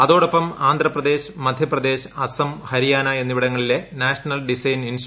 അതോടൊപ്പം ആന്ധ്രപ്രദേശ് മധ്യപ്രദേശ് ആസ്സം ഹരിയാന എന്നിവിടങ്ങളിലെ national design കൈവന്നു